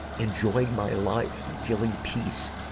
enjoying my life and feeling peace.